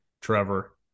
Trevor